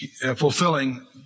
fulfilling